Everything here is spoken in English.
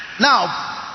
Now